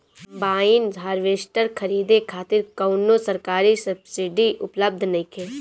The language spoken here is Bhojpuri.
कंबाइन हार्वेस्टर खरीदे खातिर कउनो सरकारी सब्सीडी उपलब्ध नइखे?